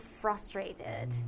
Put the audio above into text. frustrated